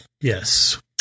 Yes